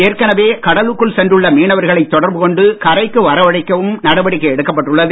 ஏற்கனவே கடலுக்குள் சென்றுள்ள மீனவர்களை தொடர்பு கொண்டு கரைக்கு வரவழைக்கவும் நடவடிக்கை எடுக்கப்பட்டுள்ளது